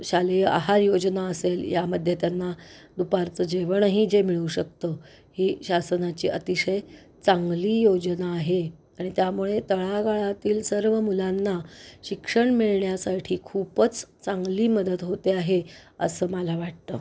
शालेय आहार योजना असेल यामध्ये त्यांना दुपारचं जेवणही जे मिळू शकतं ही शासनाची अतिशय चांगली योजना आहे आणि त्यामुळे तळागाळातील सर्व मुलांना शिक्षण मिळण्यासाठी खूपच चांगली मदत होते आहे असं मला वाटतं